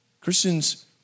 Christians